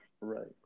right